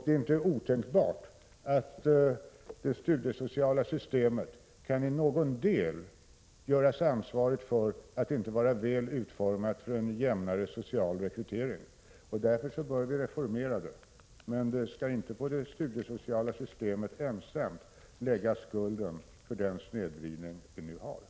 Det är inte otänkbart att det studiesociala systemet till någon del kan göras ansvarigt för att inte vara väl utformat för en jämnare social rekrytering. Därför bör vi reformera det studiesociala systemet. Men detta system skall inte ensamt bära skulden för den snedvridning vi nu har.